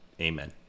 amen